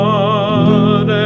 God